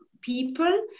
people